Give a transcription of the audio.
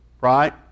right